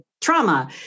trauma